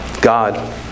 God